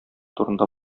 турында